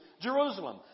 Jerusalem